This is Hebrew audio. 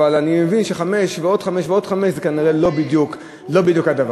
אבל אני מבין שחמש ועוד חמש ועוד חמש זה לא בדיוק אותו הדבר.